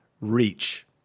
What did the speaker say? reach